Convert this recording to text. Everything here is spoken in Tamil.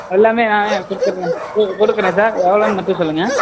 எல்லாமே நானே கொடுத்துட்றேன் கு கொடுக்குறேன் சார் எவ்வளோன்னு மட்டும் சொல்லுங்க